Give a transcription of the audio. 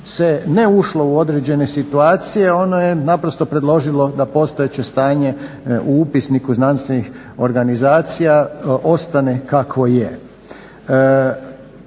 se ne ušlo u određene situacije ono je naprosto predložilo da postojeće stanje u upisniku znanstvenih organizacija ostane kakvo je.